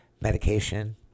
Medication